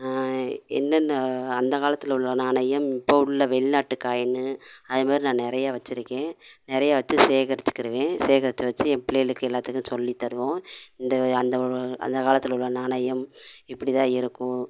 என்னென்ன அந்த காலத்தில் உள்ள நாணயம் இப்போ உள்ள வெளிநாட்டு காயின்னு அதுமாதிரி நான் நிறைய வச்சிருக்கேன் நிறைய வச்சி சேகரச்சிக்கிடுவேன் சேகரிச்சு வச்சி என் பிள்ளைகளுக்கு எல்லாத்துக்கும் சொல்லி தருவோம் இந்த அந்த ஒரு அந்த காலத்தில் உள்ள நாணயம் இப்படி தான் இருக்கும்